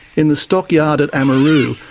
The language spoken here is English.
in the stock yard at amaroo,